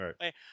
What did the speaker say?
right